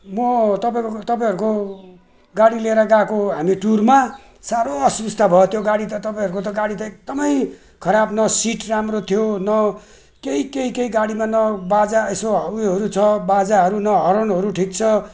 म तपाईँहरूको तपाईँहरूको गाडी लिएर गएको हामी टुरमा साह्रो असुविस्ता भयो त्यो गाडी त तपाईँहरूको त्यो गाडी त एकदमै खराब त्यो न सिट राम्रो थियो न केही केही केही गाडीमा न बाजा यसो है यसो उयोहरू छ बाजाहरू न हर्नहरू ठिक छ